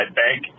bank